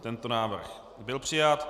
Tento návrh byl přijat.